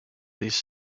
these